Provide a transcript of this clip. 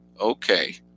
okay